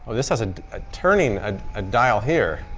this has a ah turning ah ah dial here.